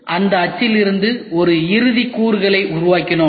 அந்த அச்சுகளிலிருந்து ஒரு இறுதிக் கூறுகளை உருவாக்கினோம்